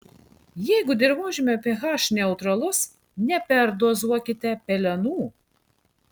jeigu dirvožemio ph neutralus neperdozuokite pelenų